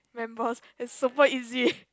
members it's super easy